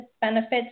benefits